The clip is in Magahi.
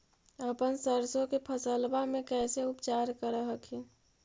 अपन सरसो के फसल्बा मे कैसे उपचार कर हखिन?